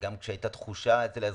גם כשהייתה תחושה אצל האזרחים,